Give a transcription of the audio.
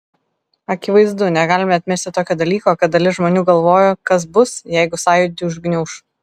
akivaizdu negalime atmesti tokio dalyko kad dalis žmonių galvojo kas bus jeigu sąjūdį užgniauš